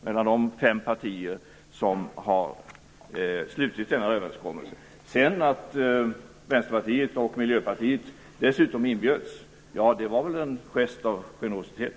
Det beskedet har varit entydigt, och därmed bör det inte vara ekonomiskt hämmande för Sverige. Att dessutom Vänsterpartiet och Miljöpartiet injöds var väl en gest av generositet.